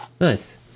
Nice